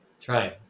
Trying